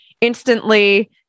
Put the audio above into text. instantly